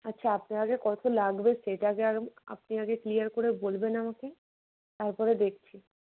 আচ্ছা আপনার আগে কত লাগবে সেটা আগে আপনি আগে ক্লিয়ার করে বলবেন আমাকে তারপরে দেখছি